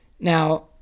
Now